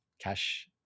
cash